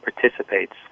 participates